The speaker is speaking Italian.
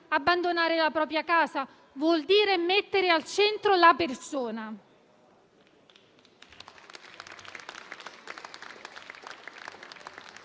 abbandonare la propria casa, vuol dire mettere al centro la persona.